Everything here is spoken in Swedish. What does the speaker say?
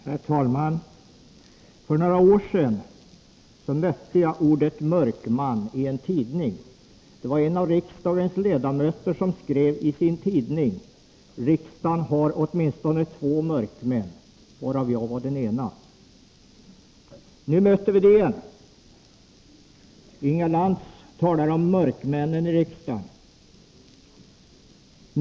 Herr talman! För några år sedan mötte jag ordet mörkman i en tidning. Det var en av riksdagens ledamöter som skrev sin tidning att riksdagen hade åtminstone två mörkmän — varav jag var den ena. Nu möter vi det ordet igen. Inga Lantz talar om mörkmännen i riksdagen.